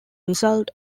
result